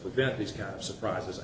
prevent these kind of surprises